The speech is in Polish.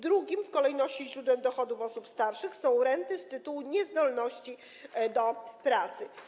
Drugim w kolejności źródłem dochodów osób starszych są renty z tytułu niezdolności do pracy.